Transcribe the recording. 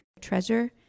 treasure